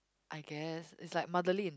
I guess is like motherly